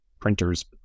printers